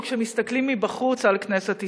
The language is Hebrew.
או כשמסתכלים מבחוץ על כנסת ישראל,